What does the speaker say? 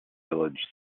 village